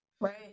Right